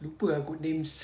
lupa ah good names